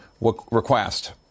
request